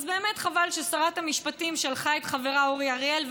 אז באמת חבל ששרת המשפטים שלחה את חברה אורי אריאל,